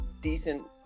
decent